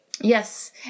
Yes